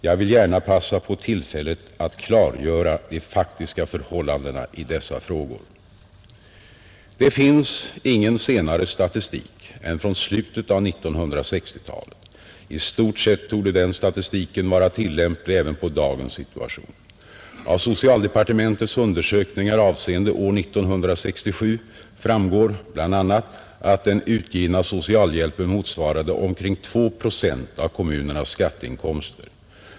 Jag vill gärna passa på tillfället att klargöra de faktiska förhållandena i dessa frågor. Det finns ingen senare statistik än från slutet av 1960-talet, I stort sett torde den statistiken vara tillämplig även på dagens situation. Av socialdepartementets undersökningar avseende år 1967 framgår bl.a. att den utgivna socialhjälpen motsvarade omkring 2 procent av kommunernas skatteinkomster.